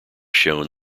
shown